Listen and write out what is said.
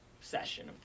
session